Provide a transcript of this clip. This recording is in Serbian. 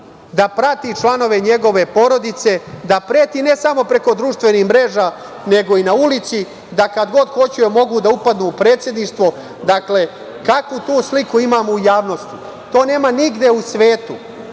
Da prati članove njegove porodice, da preti, ne samo preko društvenih mreža, nego i na ulici, da kad kod hoće mogu da upadnu u predsedništvo? Dakle, kakvu sliku imamo u javnosti? To nema nigde u svetu